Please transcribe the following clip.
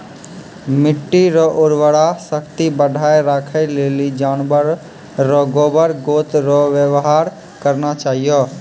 मिट्टी रो उर्वरा शक्ति बढ़ाएं राखै लेली जानवर रो गोबर गोत रो वेवहार करना चाहियो